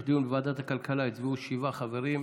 דיון בוועדת הכלכלה הצביעו שבעה חברים,